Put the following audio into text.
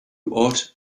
ought